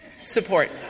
support